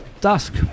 Dusk